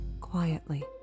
Quietly